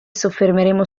soffermeremo